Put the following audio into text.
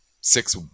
six